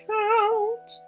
count